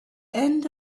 end